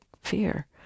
fear